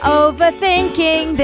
overthinking